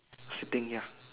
sitting ya